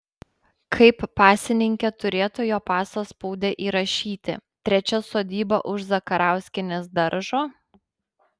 kaip pasininkė turėtų jo paso spaude įrašyti trečia sodyba už zakarauskienės daržo